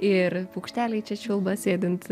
ir paukšteliai čia čiulba sėdint